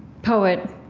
poet,